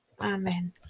Amen